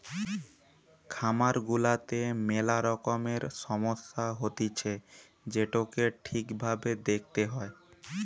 খামার গুলাতে মেলা রকমের সমস্যা হতিছে যেটোকে ঠিক ভাবে দেখতে হয়